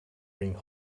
ring